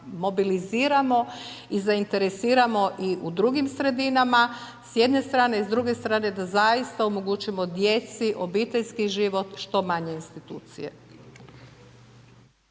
mobiliziramo i zainteresiramo i u drugim sredinama, s jedne strane i s druge strane da zaista omogućimo djeci, obiteljski život, što manje institucije.